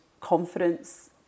confidence